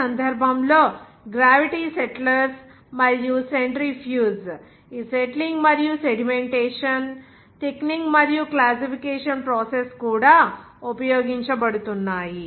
ఈ సందర్భంలో gravity settlers మరియు సెంట్రిఫ్యూజ్ ఈ సెట్లింగ్ మరియు సెడిమెంటేషన్ థిక్నింగ్ మరియు క్లాసిఫికేషన్ ప్రాసెస్ కోసం కూడా ఉపయోగించబడుతున్నాయి